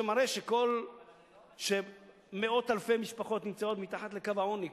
שמראה שמאות אלפי משפחות נמצאות מתחת לקו העוני,